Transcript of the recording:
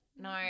No